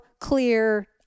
clear